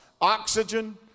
oxygen